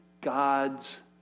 God's